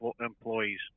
employees